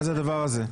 מה זה הדבר הזה?